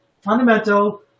fundamental